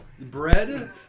Bread